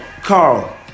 Carl